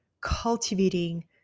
cultivating